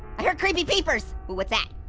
i heard creepy peepers, what's that?